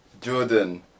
Jordan